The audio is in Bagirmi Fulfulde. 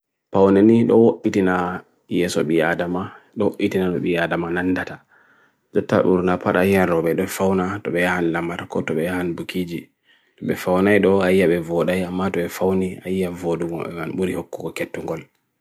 Paoneni do itina yyeso biyadama, do itina do biyadama nan data. Zeta urna par aya rowe de fauna, to beha nan lamar koto beha nan bukiji. To befauna do aya bevoda, aya madwe fauni, aya vodu wan buri hoku ketongol.